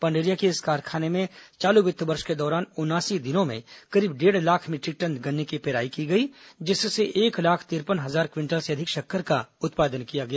पंडरिया के इस कारखाने में चालू वित्त वर्ष के दौरान उनासी दिनों में करीब डेढ़ लाख मीटरिक टन गन्ने की पेराई की गई जिससे एक लाख तिरपन हजार क्विंटल से अधिक शक्कर का उत्पादन किया गया